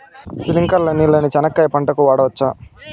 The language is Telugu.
స్ప్రింక్లర్లు నీళ్ళని చెనక్కాయ పంట కు వాడవచ్చా?